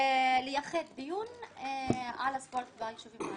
לייחד דיון על הספורט ביישובים הערביים.